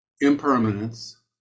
Impermanence